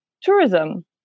tourism